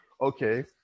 Okay